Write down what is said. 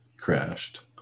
crashed